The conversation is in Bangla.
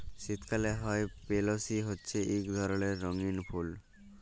শীতকালে হ্যয় পেলসি হছে ইক ধরলের রঙ্গিল ফুল